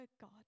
God